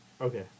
Okay